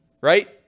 right